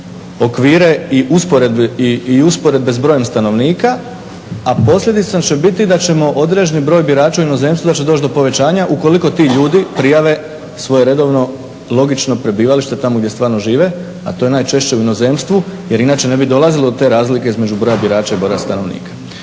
okvire i usporedbe s brojem stanovnika a posljedica će biti da ćemo određeni broj birača u inozemstvu da će doći do povećanja ukoliko ti ljudi prijave svoje redovno logično prebivalište tamo gdje stvarno žive, a to je najčešće u inozemstvu jer inače ne bi dolazilo do te razlike između broja birača i broja stanovnika.